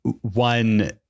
one